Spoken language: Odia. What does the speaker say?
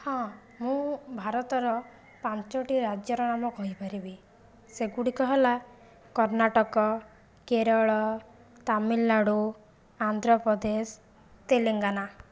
ହଁ ମୁଁ ଭାରତର ପାଞ୍ଚୋଟି ରାଜ୍ୟର ନାମ କହିପାରିବି ସେଗୁଡ଼ିକ ହେଲା କର୍ଣ୍ଣାଟକ କେରଳ ତାମିଲନାଡ଼ୁ ଆନ୍ଧ୍ରପ୍ରଦେଶ ତେଲେଙ୍ଗାନା